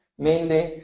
mainly.